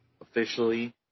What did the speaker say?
officially